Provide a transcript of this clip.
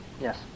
Yes